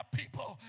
people